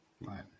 Right